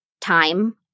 time